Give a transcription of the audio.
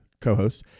Co-host